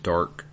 Dark